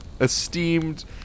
Esteemed